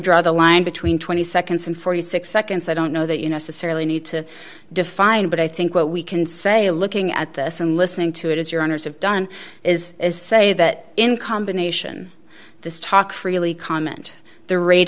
draw the line between twenty seconds and forty six seconds i don't know that you necessarily need to define but i think what we can say looking at this and listening to it is your owners have done is to say that in combination this talk freely comment the rate